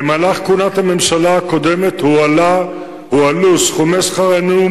במהלך כהונת הממשלה הקודמת הועלו סכומי שכר המינימום